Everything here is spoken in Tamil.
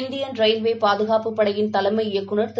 இந்தியன் ரயில்வேபாதுகாப்பு படையின் தலைமை இயக்குநர் திரு